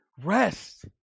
rest